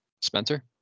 Spencer